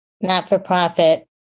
not-for-profit